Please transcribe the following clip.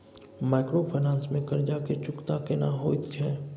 Microfinance में कर्ज के चुकता केना होयत छै?